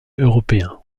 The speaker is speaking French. européen